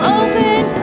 open